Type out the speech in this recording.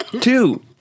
Two